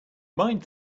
mind